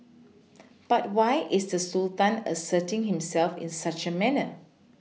but why is the Sultan asserting himself in such a manner